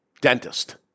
dentist